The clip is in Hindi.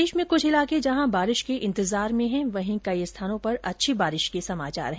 प्रदेश में कुछ इलाके जहां बारिश के इंतजार में है वहीं कई स्थानों पर अच्छी बारिश के समाचार है